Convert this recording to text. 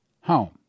home